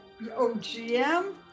OGM